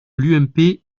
l’ump